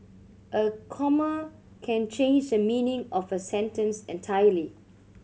a comma can change the meaning of a sentence entirely